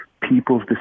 people's